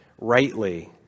rightly